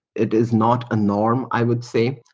it is not a norm, i would say.